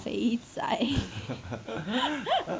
肥仔